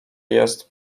jest